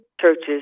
churches